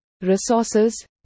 resources